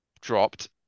dropped